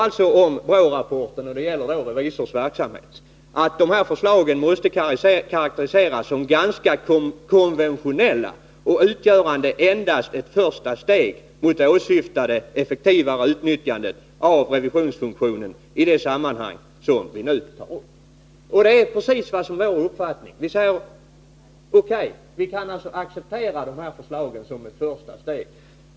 Man säger om BRÅ-rapporten angående revisors verksamhet att de här ”förslagen måste karakteriseras som ganska konventionella och utgörande endast ett första steg mot det åsyftade effektivare utnyttjandet av revisionsfunktionen”. Det är precis i överensstämmelse med vår uppfattning. Vi säger: O.K., vi kan acceptera förslagen som ett första steg.